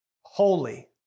holy